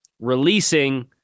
releasing